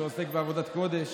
שעוסק בעבודת קודש.